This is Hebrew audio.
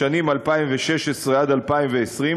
לשנים 2016 2020,